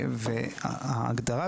ההגדרה,